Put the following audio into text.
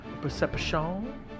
Perception